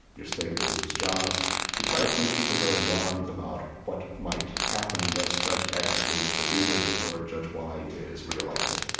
your state will lose jobs they try to make people very alarmed about what might happen unless judge x is defeated or judge y is re-elected.